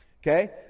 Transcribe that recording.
Okay